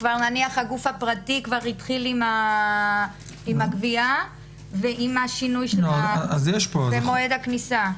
שנניח הגוף הפרטי כבר התחיל עם הגבייה ועם השינוי מועד הכניסה?